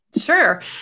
Sure